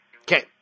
Okay